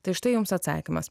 tai štai jums atsakymas